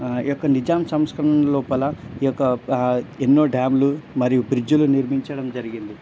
ఈ యొక్క నిజాం సంస్కరణలలోపల ఈ యొక్క ఎన్నో డ్యాంలు మరియు బ్రిడ్జులు నిర్మించడం జరిగింది